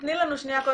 --- תני לנו סקירה.